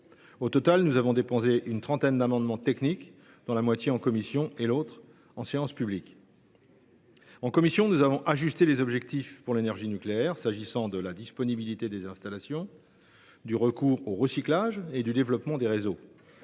Au total, nous avons déposé une trentaine d’amendements techniques, une moitié en commission et l’autre en séance publique. En commission, nous avons ajusté les objectifs en ce qui concerne l’énergie nucléaire, en matière de disponibilité des installations, de recours au recyclage et de développement des réseaux,